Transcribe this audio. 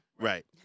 Right